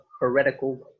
heretical